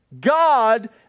God